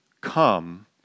come